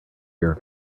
ear